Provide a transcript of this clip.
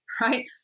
right